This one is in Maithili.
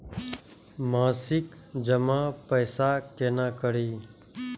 मासिक जमा पैसा केना करी?